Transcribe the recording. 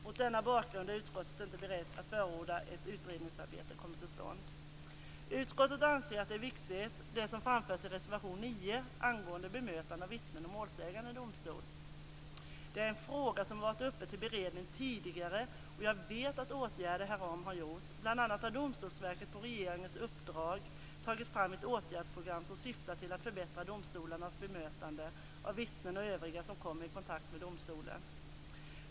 Mot denna bakgrund är utskottet inte berett att förorda att ett utredningsarbete kommer till stånd. Utskottet anser att det som framförs i reservation 9, om bemötande av vittnen och målsägande i domstol, är viktigt. Det är en fråga som har varit uppe till beredning tidigare, och jag vet att åtgärder härom har vidtagits. Bl.a. har Domstolsverket på regeringens uppdrag tagit fram ett åtgärdsprogram som syftar till att förbättra domstolarnas bemötande av vittnen och övriga som kommer i kontakt med domstolen.